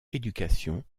éducation